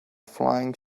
flying